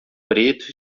preto